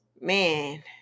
Man